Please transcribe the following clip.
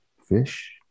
fish